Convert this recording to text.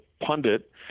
Pundit